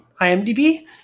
IMDb